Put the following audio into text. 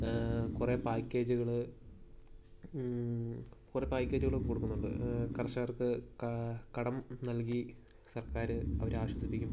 കുറേ പേക്കേജുകൾ കുറേ പാക്കേജുകൾ കൊടുക്കുന്നുണ്ട് കർഷകർക്ക് ക കടം നൽകി സർക്കാർ അവരെ ആശ്വസിപ്പിക്കും